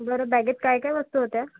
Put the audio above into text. बरं बॅगेत काय काय वस्तू होत्या